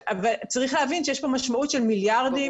צריך להבין שיש כאן משמעות של מיליארדים.